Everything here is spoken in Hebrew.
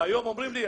היום אומרים לי,